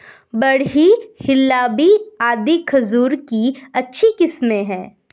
बरही, हिल्लावी आदि खजूर की अच्छी किस्मे हैं